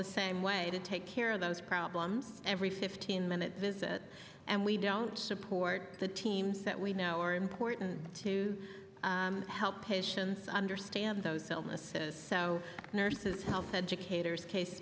the same way to take care of those problems every fifteen minute visit and we don't support the teams that we now are important to help patients understand those illnesses so nurses health educators case